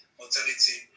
mortality